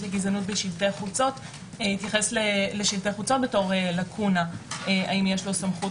לגזענות בשלטי חוצות והוא התייחס לשלטי חוצות בתור לקונה האם יש לו סמכות?